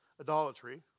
idolatry